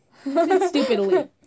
Stupidly